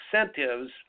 incentives